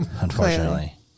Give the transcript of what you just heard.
unfortunately